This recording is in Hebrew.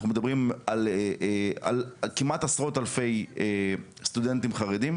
מדברים על כמעט עשרות אלפי סטודנטים חרדים